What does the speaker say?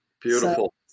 Beautiful